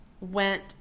went